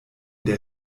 der